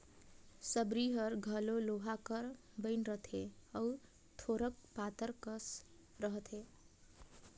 सबरी हर घलो लोहा कर बइन रहथे अउ थोरोक पातर कस रहथे